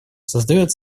создает